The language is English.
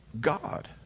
God